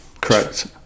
correct